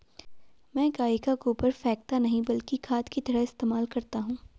मैं गाय का गोबर फेकता नही बल्कि खाद की तरह इस्तेमाल करता हूं